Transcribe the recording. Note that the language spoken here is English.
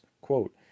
quote